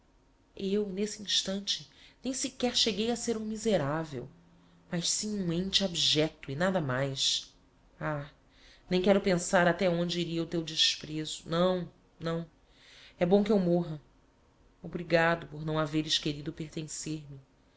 eu n'esse instante nem sequer cheguei a ser um miseravel mas sim um ente abjecto e nada mais ah nem quero pensar até onde iria o teu desprezo não não é bom que eu morra obrigado por não haveres querido pertencer me